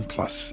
Plus